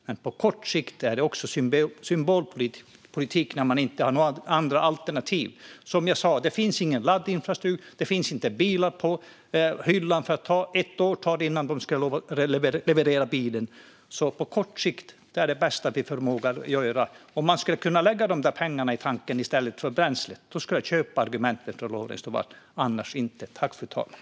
Men på kort sikt är det också symbolpolitik när man inte har några alternativ. Som jag sa finns det ingen laddinfrastruktur. Det finns inte bilar på hyllan - ett år tar det att få en bil levererad. På kort sikt är detta alltså det bästa vi förmår göra. Om man kunde lägga pengar i tanken i stället för bränsle skulle jag köpa Lorentz Tovatts argument, men inte annars.